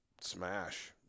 smash